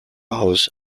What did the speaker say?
hours